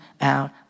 out